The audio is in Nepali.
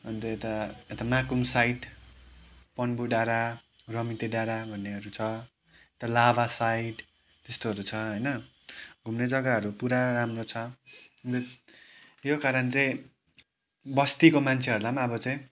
अन्त यता यता माकुम साइड पन्बु डाँडा रमिते डाँडा भन्नेहरू छ यता लाभा साइड त्यस्तोहरू छ होइन घुम्ने जग्गाहरू पुरा राम्रो छ यो कारण चाहिँ बस्तीको मान्छेहरूलाई पनि अब चाहिँ